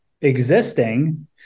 existing